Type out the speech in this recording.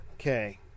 Okay